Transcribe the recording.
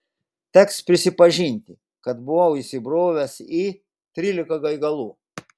teks prisipažinti kad buvau įsibrovęs į trylika gaigalų